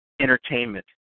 entertainment